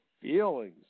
feelings